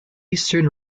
eastern